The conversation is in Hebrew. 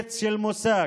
שמץ של מושג